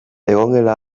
egongela